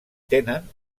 tenen